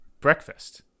Breakfast